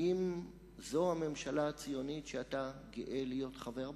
האם זאת הממשלה הציונית שאתה גאה להיות חבר בה?